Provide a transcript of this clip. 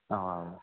اَوا اَوا